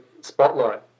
spotlight